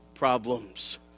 problems